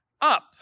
up